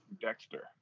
Dexter